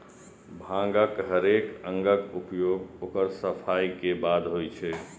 भांगक हरेक अंगक उपयोग ओकर सफाइ के बादे होइ छै